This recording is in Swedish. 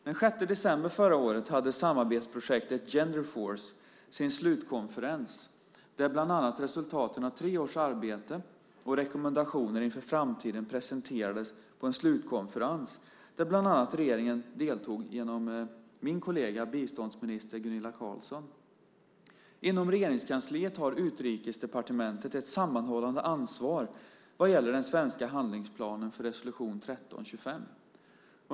Den 6 december förra året hade samarbetsprojektet Genderforce sin slutkonferens där bland annat resultaten av tre års arbete och rekommendationer inför framtiden presenterades på en slutkonferens där bland annat regeringen deltog genom min kollega biståndsminister Gunilla Carlsson. Inom Regeringskansliet har Utrikesdepartementet ett sammanhållande ansvar vad gäller den svenska handlingsplanen för resolution 1325.